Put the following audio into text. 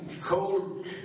cold